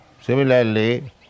similarly